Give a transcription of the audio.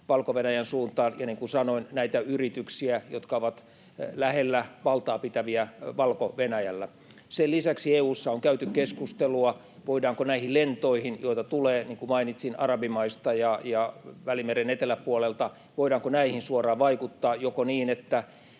Valko-Venäjän suuntaan, ja niin kuin sanoin, näitä yrityksiä, jotka ovat lähellä valtaapitäviä Valko-Venäjällä. Sen lisäksi EU:ssa on käyty keskustelua, voidaanko näihin lentoihin, joita tulee, niin kuin mainitsin, arabimaista ja Välimeren eteläpuolelta, suoraan vaikuttaa niin, että